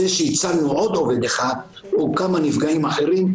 זה שהצלנו עוד עובד אחד או כמה נפגעים אחרים,